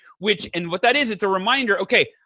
which and what that is it's a reminder, okay,